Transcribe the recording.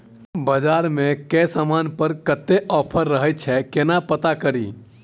बजार मे केँ समान पर कत्ते ऑफर रहय छै केना पत्ता कड़ी?